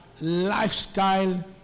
lifestyle